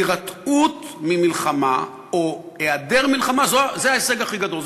הירתעות ממלחמה או היעדר מלחמה זה ההישג הכי גדול,